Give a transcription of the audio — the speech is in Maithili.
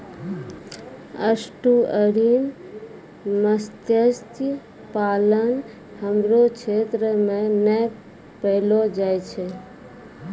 एस्टुअरिन मत्स्य पालन हमरो क्षेत्र मे नै पैलो जाय छै